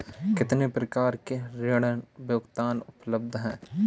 कितनी प्रकार के ऋण भुगतान उपलब्ध हैं?